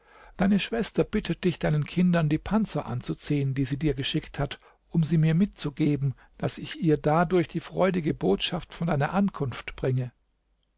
deine schwester bittet dich deinen kindern die panzer anzuziehen die sie dir geschickt hat um sie mir mitzugeben daß ich ihr dadurch die freudige botschaft von deiner ankunft bringe